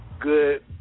good